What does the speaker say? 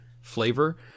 flavor